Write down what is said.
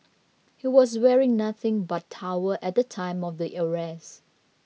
he was wearing nothing but towel at the time of the arrest